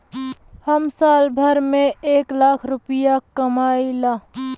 हम साल भर में एक लाख रूपया कमाई ला